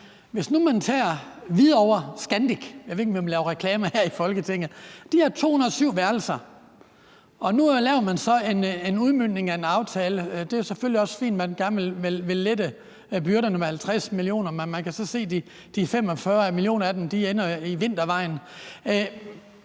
i Folketinget – så har de 207 værelser. Nu laver man så en udmøntning af en aftale. Det er selvfølgelig også fint, at man gerne vil lette byrderne med 50 mio. kr., men man kan så se, at de 45 mio. kr. af dem ligesom ender i vintervejen